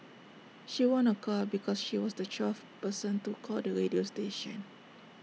she won A car because she was the twelfth person to call the radio station